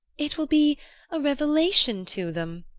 it will be a revelation to them,